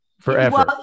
forever